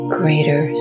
greater